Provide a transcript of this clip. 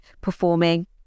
performing